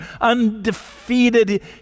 undefeated